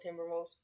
Timberwolves